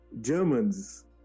germans